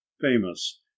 famous